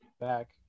back